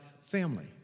family